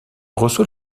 reçoit